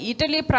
Italy